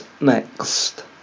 next